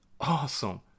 Awesome